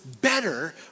better